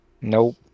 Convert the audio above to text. Nope